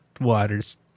Waters